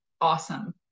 awesome